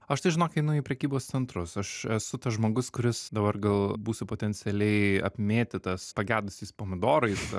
aš tai žinok einu į prekybos centrus aš esu tas žmogus kuris dabar gal būsiu potencialiai apmėtytas pagedusiais pomidorais